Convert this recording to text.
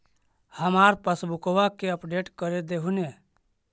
हमार पासबुकवा के अपडेट कर देहु ने?